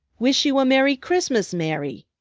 wish you a merry christmas, mary!